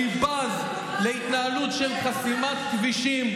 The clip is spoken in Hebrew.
אני בז להתנהלות של חסימת כבישים,